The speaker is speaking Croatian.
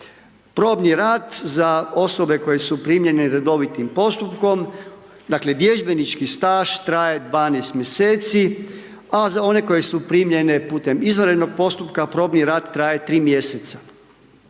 Probni rad za osobe koje su primljene redovitim postupkom, dakle vježbenički staž traje 12 mj. a za one koje su primljene putem izvanrednog postupka, probni rad traje tri mjeseca.